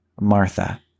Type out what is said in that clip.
Martha